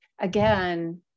again